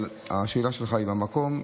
אבל השאלה שלך היא במקום.